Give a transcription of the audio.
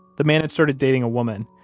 the man had started dating a woman,